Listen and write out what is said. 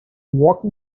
woke